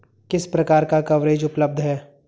किस प्रकार का कवरेज उपलब्ध है?